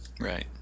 Right